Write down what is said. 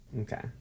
Okay